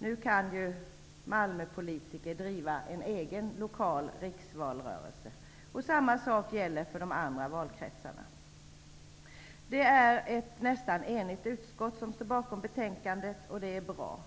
Nu kan Malmöpolitiker driva en egen lokal riksvalrörelse. Samma sak gäller för de andra valkretsarna. Det är ett nästan enigt utskott som står bakom betänkandet, och det är bra.